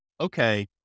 okay